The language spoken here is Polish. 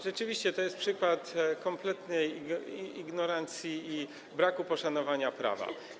Rzeczywiście to jest przykład kompletnej ignorancji i braku poszanowania prawa.